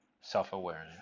self-awareness